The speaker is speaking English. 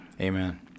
Amen